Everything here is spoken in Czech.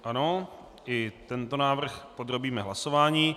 Ano, i tento návrh podrobíme hlasování.